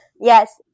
yes